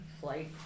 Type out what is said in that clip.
flight